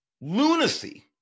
lunacy